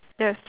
yes